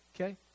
Okay